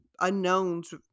unknowns